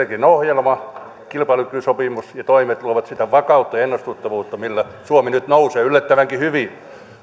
ohjelma kilpailukykysopimus ja toimet luovat sitä vakautta ja ennustettavuutta millä suomi nyt nousee yllättävänkin hyvin